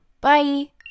Bye